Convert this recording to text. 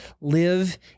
live